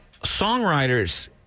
songwriters